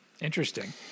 Interesting